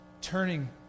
turning